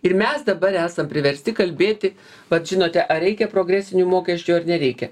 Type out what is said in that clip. ir mes dabar esam priversti kalbėti pats žinote ar reikia progresinių mokesčių ar nereikia